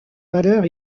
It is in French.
valeur